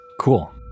Cool